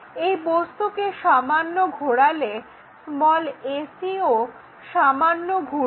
এই বস্তুকে সামান্য ঘোরালে ac ও সামান্য ঘুরবে